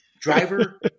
driver